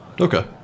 Okay